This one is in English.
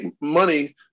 money